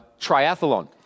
triathlon